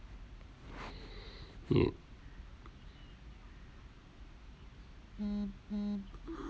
yup